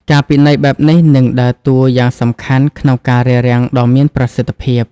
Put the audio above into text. ការពិន័យបែបនេះនឹងដើរតួយ៉ាងសំខាន់ ក្នុងការរារាំងដ៏មានប្រសិទ្ធភាព។